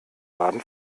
baden